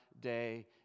day